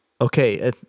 Okay